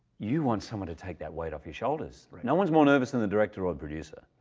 you want someone to take that weight off your shoulders. no one's more nervous than the director or the producer,